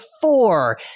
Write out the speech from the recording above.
four